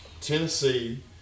Tennessee